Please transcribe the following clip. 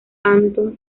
anton